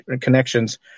connections